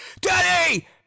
daddy